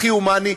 הכי הומני,